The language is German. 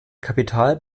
kapital